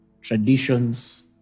traditions